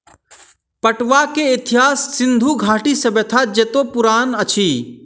पटुआ के इतिहास सिंधु घाटी सभ्यता जेतै पुरान अछि